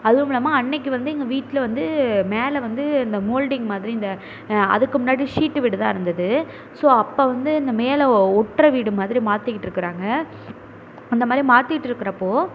அதுவும் இல்லாமல் அன்னைக்கு வந்து எங்கள் வீட்டில் வந்து மேலே வந்து இந்த மோல்டிங் மாதிரி இந்த அதுக்கும் முன்னாடி இந்த ஷீட்டு வீடு தான் இருந்தது ஸோ அப்போ வந்து இந்த மேலே ஒட்டுற வீடு மாதிரி மாற்றிக்கிட்டு இருக்கிறாங்க அந்தமாதிரி மாத்திட்டு இருக்கிறப்போ